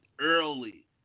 early